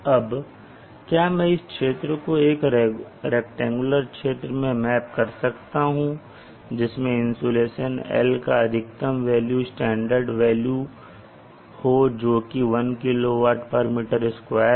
अब क्या मैं इस क्षेत्र को एक रैक्टेंगुलर क्षेत्र में मैप कर सकता हूं जिसमें इंसुलेशन L की अधिकतम वेल्यू स्टैंडर्ड वेल्यू हो जो कि 1 kWm2 है